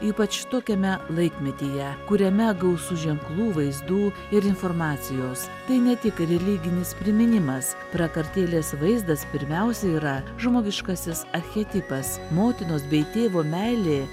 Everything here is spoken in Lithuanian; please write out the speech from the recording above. ypač tokiame laikmetyje kuriame gausu ženklų vaizdų ir informacijos tai ne tik religinis priminimas prakartėlės vaizdas pirmiausia yra žmogiškasis archetipas motinos bei tėvo meilė